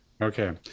Okay